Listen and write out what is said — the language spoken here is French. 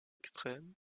extrêmes